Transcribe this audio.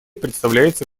представляется